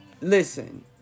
listen